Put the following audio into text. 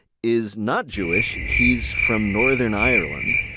is not jewish. he's from northern ireland.